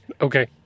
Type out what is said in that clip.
Okay